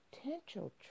Potential